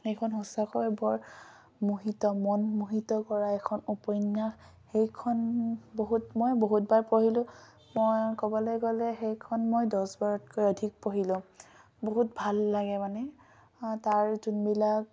সেইখন সঁচাকৈয়ে বৰ মোহিত মন মোহিত কৰা এখন উপন্যাস সেইখন বহুত মই বহুতবাৰ পঢ়িলোঁ মই ক'বলৈ গ'লে সেইখন মই দহবাৰতকৈ অধিক পঢ়িলোঁ বহুত ভাল লাগে মানে তাৰ যোনবিলাক